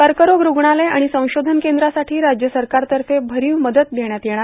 कर्करोग रूग्णालय आणि संशोधन केंद्रांसाठी राज्य सरकारतर्फे भरीव मदत देण्यात येणार